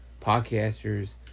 Podcasters